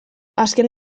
azken